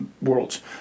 Worlds